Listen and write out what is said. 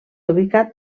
ubicat